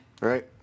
Right